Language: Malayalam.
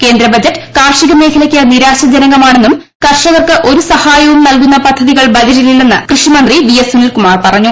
കേന്ദ്ര ബജറ്റ് കാർഷിക മേഖലയ്ക്ക് നിരാശാജനകമാണ്ണെന്നും കർഷകർക്ക് ഒരു സഹായവും നൽകുന്ന പദ്ധതികൾ ബ്ജ്റ്റിലില്ലെന്നും കൃഷിമന്ത്രി വി എസ് സുനിൽകുമാർ പറഞ്ഞു